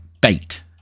bait